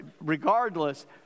regardless